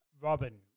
Robin